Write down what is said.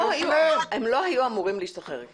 הם לא היו אמורים להשתחרר.